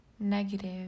negative